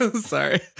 Sorry